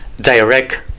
direct